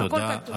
הכול כתוב.